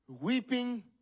Weeping